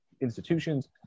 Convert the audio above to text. institutions